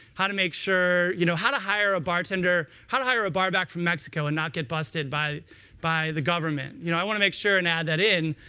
how to make sure you know how to hire a bartender, how to hire a barback from mexico and not get busted by by the government. you know i want to make sure and add that in.